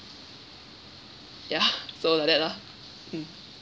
ya so like that lah